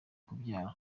kubyara